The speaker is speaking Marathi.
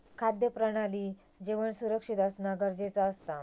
खाद्य प्रणालीत जेवण सुरक्षित असना गरजेचा असता